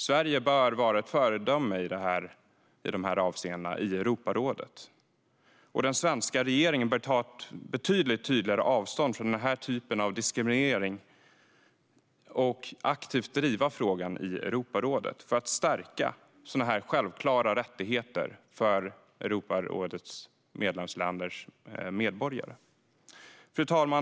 Sverige bör vara ett föredöme i dessa avseenden i Europarådet, och den svenska regeringen bör ta betydligt tydligare avstånd från denna typ av diskriminering och aktivt driva frågan i Europarådet för att stärka sådana här självklara rättigheter för Europarådets medlemsländers medborgare. Fru talman!